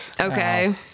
Okay